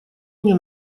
мне